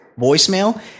voicemail